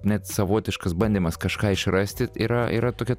net savotiškas bandymas kažką išrasti yra yra tokia